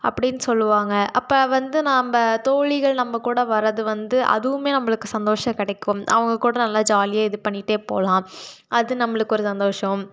அப்படின்னு சொல்லுவாங்க அப்போ வந்து நாம்ம தோழிகள் நம்ம கூட வரது வந்து அதுவும் நம்மளுக்கு சந்தோஷம் கிடைக்கும் அவங்க கூட நல்லா ஜாலியாக இது பண்ணிகிட்டே போகலாம் அது நம்மளுக்கு ஒரு சந்தோஷம்